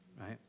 right